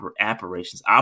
operations